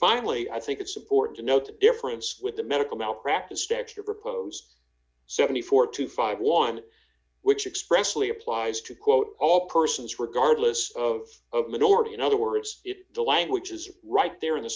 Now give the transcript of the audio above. finally i think it's important to note the difference with the medical malpractise step your proposed seventy four to fifty one which expressly applies to quote all persons regardless of minority in other words if the language is right there in the